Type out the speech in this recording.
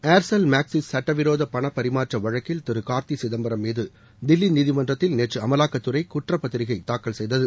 Aircel மேக்ஸில் சுட்டவிரோத பணப்பரிமாற்ற வழக்கில் திருகார்த்தி சிதம்பரம் மீது தில்லி நீதிமன்றத்தில் நேற்று அமலாக்கத்துறை குற்றப்பத்திரிக்கை தாக்கல் செய்தது